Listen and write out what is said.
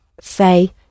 say